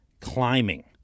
climbing